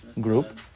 group